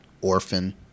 Orphan